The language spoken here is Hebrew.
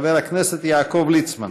חבר הכנסת יעקב ליצמן